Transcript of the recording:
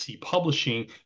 Publishing